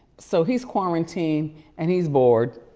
so he's quarantined and he's bored